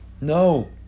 No